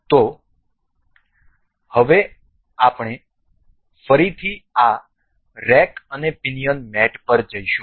તેથી હવે અમે ફરીથી આ રેક અને પિનિયન મેટ પર જઈશું